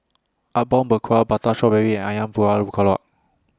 Apom Berkuah Prata Strawberry and Ayam Buah Keluak